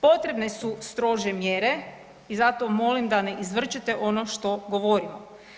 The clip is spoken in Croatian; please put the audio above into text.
Potrebne su strože mjere i zato molim da ne izvrćete ono što govorimo.